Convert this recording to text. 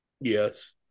Yes